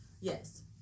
Yes